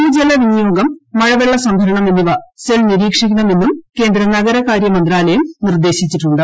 ഭൂ ജല വിനിയോഗം മഴവെള്ളുക്ക് സംഭരണം എന്നിവ സെൽ നിരീക്ഷിക്കണമെന്നും ക്ട്രെന്ദ് നഗരകാര്യ മന്ത്രാലയം നിർദ്ദേശിച്ചിട്ടുണ്ട്